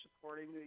supporting